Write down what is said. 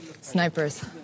Snipers